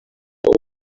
ngo